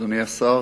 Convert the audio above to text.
אדוני השר,